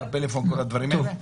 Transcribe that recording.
כל הדברים האלה?